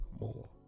more